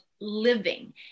living